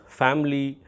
family